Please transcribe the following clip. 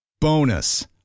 Bonus